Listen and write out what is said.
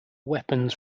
weapons